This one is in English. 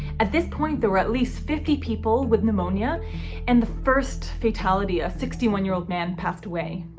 at this point there were at least fifty people with pneumonia and the first fatality, a sixty one year old man passed away.